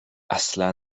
اصلا